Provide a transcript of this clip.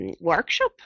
workshop